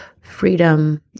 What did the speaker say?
freedom